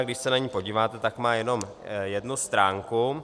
Když se na ni podíváte, tak má jenom jednu stránku.